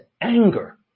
anger